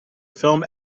film